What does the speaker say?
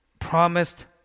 promised